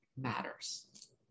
matters